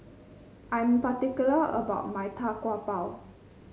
I'm particular about my Tau Kwa Pau